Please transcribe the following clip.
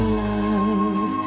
love